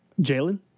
Jalen